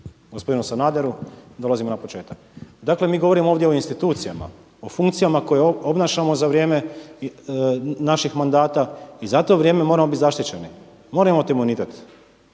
gospodinu Sanaderu. Dolazimo na početak. Dakle, mi govorimo ovdje o institucijama, o funkcijama koje obnašamo za vrijeme naših mandata i za to vrijeme moramo biti zaštićeni, moramo imati